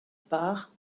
part